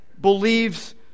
believes